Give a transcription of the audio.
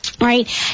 right